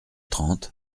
trente